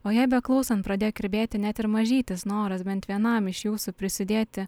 o jai beklausant pradėjo kirbėti net ir mažytis noras bent vienam iš jūsų prisidėti